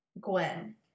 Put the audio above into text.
Gwen